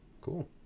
Cool